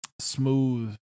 smooth